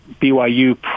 BYU